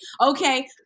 Okay